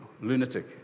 lunatic